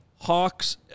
Hawks